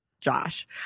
Josh